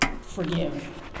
forgive